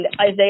Isaiah